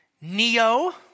Neo